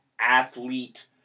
athlete